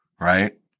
Right